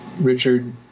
Richard